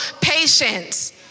patience